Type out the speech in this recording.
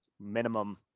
minimum